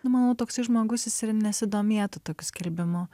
nu manau toksai žmogus jis ir nesidomėtų tokiu skelbimu